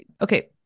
Okay